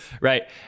right